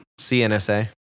CNSA